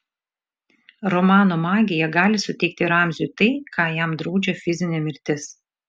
romano magija gali suteikti ramziui tai ką jam draudžia fizinė mirtis